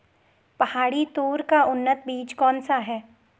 पहाड़ी तोर का उन्नत बीज कौन सा है?